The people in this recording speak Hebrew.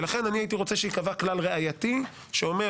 לכן הייתי רוצה שיקבע כלל ראייתי שאומר